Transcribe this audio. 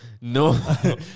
no